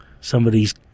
somebody's